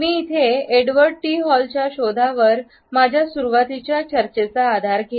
मी Edward T हॉलच्या शोधावर माझ्या सुरुवातीच्या चर्चेचा आधार घेईन